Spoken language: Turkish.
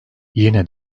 yine